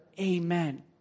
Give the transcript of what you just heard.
Amen